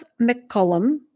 McCollum